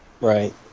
right